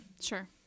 Sure